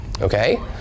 Okay